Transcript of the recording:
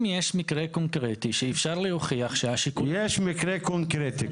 אם יש מקרה קונקרטי שאפשר להוכיח שהשיקול --- יש מקרה קונקרטי,